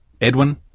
Edwin